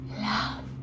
love